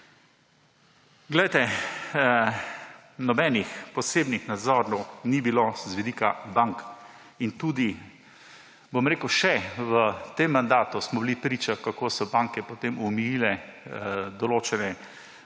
Poglejte, nobenih posebnih nadzorov ni bilo z vidika bank in tudi, bom rekel, še v tem mandatu smo bili priča, kako so banke potem omejile določene